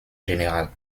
générales